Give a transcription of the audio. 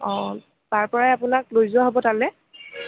অঁ তাৰপৰাই আপোনাক লৈ যোৱা হ'ব তালৈ